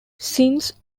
since